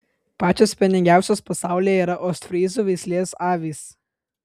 pačios pieningiausios pasaulyje yra ostfryzų veislės avys